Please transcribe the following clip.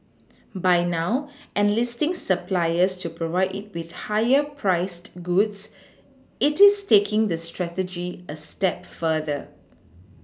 by now enlisting suppliers to provide it with higher priced goods it is taking this strategy a step further